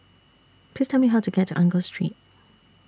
Please Tell Me How to get to Angus Street